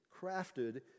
crafted